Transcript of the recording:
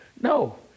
No